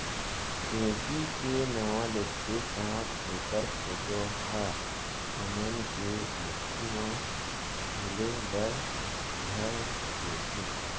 ढेंकी के नाव लेत्ते साथ ओकर फोटो ह हमन के आंखी म झूले बर घर लेथे